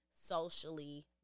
socially